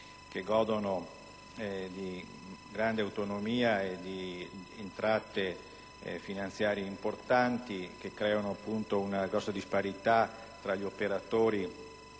godendo di grande autonomia e di entrate finanziarie importanti, determinano una grossa disparità tra gli operatori